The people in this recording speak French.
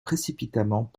précipitamment